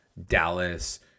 dallas